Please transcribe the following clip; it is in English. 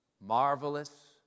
marvelous